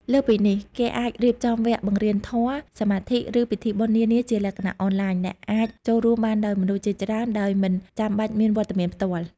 លើសពីនេះ គេអាចរៀបចំវគ្គបង្រៀនធម៌ សមាធិ ឬពិធីបុណ្យនានាជាលក្ខណៈអនឡាញ ដែលអាចចូលរួមបានដោយមនុស្សជាច្រើនដោយមិនចាំបាច់មានវត្តមានផ្ទាល់។